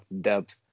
depth